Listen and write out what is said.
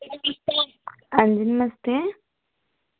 जी नमस्ते